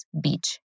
Beach